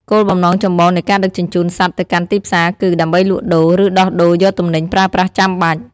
គោលបំណងចម្បងនៃការដឹកជញ្ជូនសត្វទៅកាន់ទីផ្សារគឺ ដើម្បីលក់ដូរ ឬដោះដូរយកទំនិញប្រើប្រាស់ចាំបាច់។